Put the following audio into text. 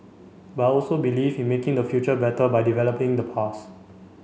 but I also believe in making the future better by developing the past